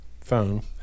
phone